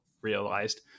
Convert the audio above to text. realized